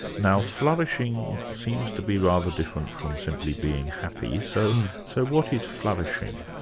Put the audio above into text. now flourishing seems to be rather different from simply being happy, so so what is flourishing?